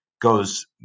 goes